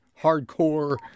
hardcore